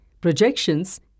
projections